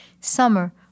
Summer